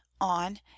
on